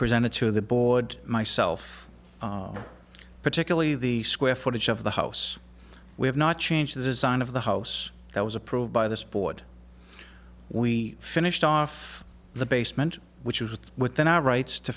presented to the board myself particularly the square footage of the house we have not changed the design of the house that was approved by this board we finished off the basement which was within our rights to